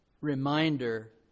reminder